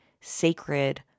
sacred